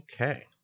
okay